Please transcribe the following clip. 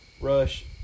rush